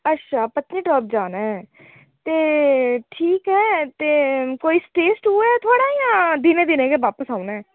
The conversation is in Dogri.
अच्छा पत्नीटाप जाना ऐ ते ठीक ऐ ते कोई स्टे स्टू ऐ थुआढ़ा जां दिनें दिनें गै बापस औना ऐ